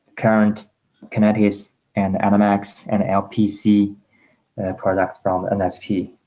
current kinetics and animax and lpc product round and that's key